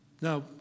Now